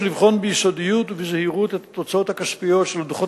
יש לבחון ביסודיות ובזהירות את התוצאות הכספיות של הדוחות